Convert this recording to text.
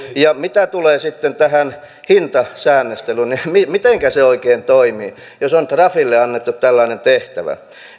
mitä tulee sitten tähän hintasäännöstelyyn niin mitenkä se oikein toimii jos on trafille annettu tällainen tehtävä puuttua